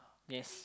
yes